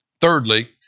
Thirdly